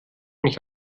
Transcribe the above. mich